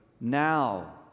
now